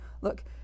Look